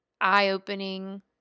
eye-opening